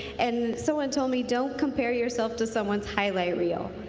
and so and told me don't compare yourself to someone's highlight reel.